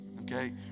okay